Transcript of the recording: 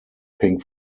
pink